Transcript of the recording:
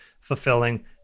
fulfilling